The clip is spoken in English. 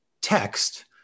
text